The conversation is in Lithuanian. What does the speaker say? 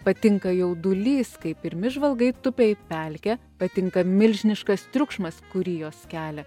patinka jaudulys kai pirmi žvalgai tupia į pelkę patinka milžiniškas triukšmas kurį jos kelia